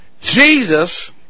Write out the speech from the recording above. Jesus